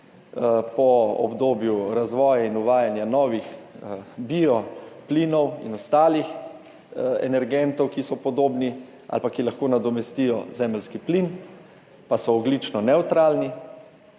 po obdobju razvoja in uvajanja novih bioplinov in ostalih energentov, ki so podobni ali pa ki lahko nadomestijo zemeljski plin, pa so ogljično nevtralni.